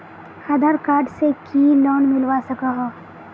आधार card से की loan मिलवा सकोहो?